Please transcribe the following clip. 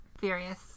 various